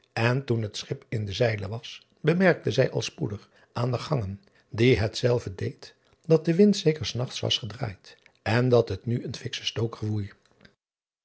en toen het schip in de zeilen was bemerkte zij al spoedig aan de gangen die hetzelve deed dat de wind zeker s nachts was gedraaid en dat het nu een fiksche stoker woei